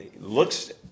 Looks